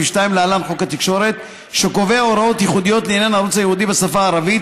שקובע הוראות ייחודיות לעניין הערוץ הייעודי בשפה הערבית